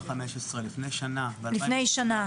לפני שנה.